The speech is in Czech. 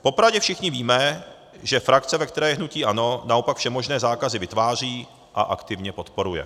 Popravdě, všichni víme, že frakce, ve které je hnutí ANO, naopak všemožné zákazy vytváří a aktivně podporuje.